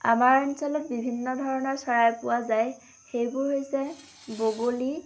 আমাৰ অঞ্চলত বিভিন্ন ধৰণৰ চৰাই পোৱা যায় সেইবোৰ হৈছে বগলী